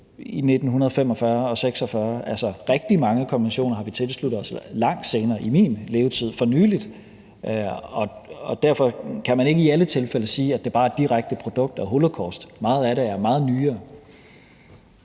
i 1945 og 1946. Altså, rigtig mange konventioner har vi tilsluttet os langt senere, i min levetid og for nylig, og derfor kan man ikke i alle tilfælde sige, at det bare er direkte produkter af holocaust. Meget af det er meget nyere.